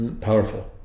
Powerful